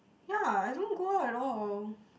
ya I don't go out at all